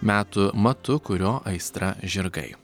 metų matu kurio aistra žirgai